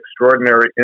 extraordinary